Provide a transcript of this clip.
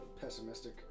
pessimistic